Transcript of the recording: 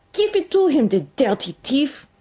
gif it to heem, the dirty t'eef!